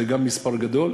זה גם מספר גדול,